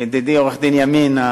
ידידי עורך-דין ימין,